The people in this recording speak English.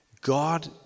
God